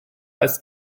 als